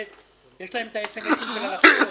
יש להם את הסמ"סים של הלקוחות.